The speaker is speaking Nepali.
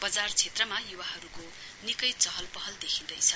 बजार क्षेत्रमा युवाहरुको निकै चहलपहल देखिँदैछ